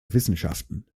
wissenschaften